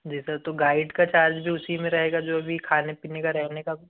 जी sir तो guide का charge भी उसी में रहेगा जो अभी खाने पीने का रहने का